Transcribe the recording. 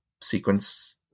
sequence